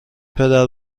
پدر